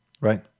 Right